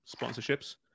Sponsorships